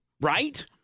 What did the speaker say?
right